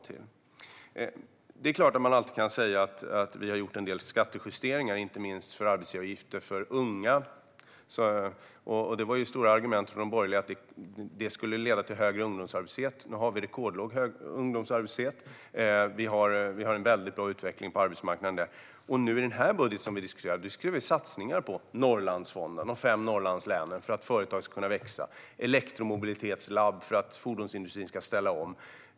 Man kan självklart säga att vi har gjort en del skattejusteringar, inte minst vad gäller arbetsgivaravgifterna för unga. De borgerliga argumenterade kraftigt mot det och sa att det skulle leda till högre ungdomsarbetslöshet. I stället har vi rekordlåg ungdomsarbetslöshet. Vi har en väldigt god utveckling på arbetsmarknaden. I den budget vi nu diskuterar har vi satsningar på Norrlandsfonden och de fem Norrlandslänen för att företag ska kunna växa. Vi satsar på elektromobilitetslabb för att fordonsindustrin ska ställa om.